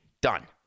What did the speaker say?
Done